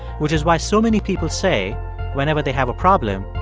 which is why so many people say whenever they have a problem,